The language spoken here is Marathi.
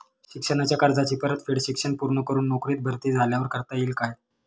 शिक्षणाच्या कर्जाची परतफेड शिक्षण पूर्ण करून नोकरीत भरती झाल्यावर करता येईल काय?